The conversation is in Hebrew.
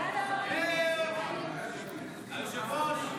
אינה משתתפת בהצבעה אלון שוסטר,